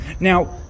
Now